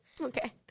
okay